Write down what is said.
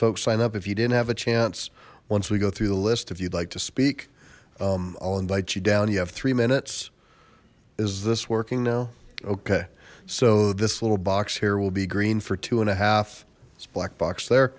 folks sign up if you didn't have a chance once we go through the list if you'd like to speak i'll invite you down you have three minutes is this working now okay so this little box here will be green for two and a half it's black box there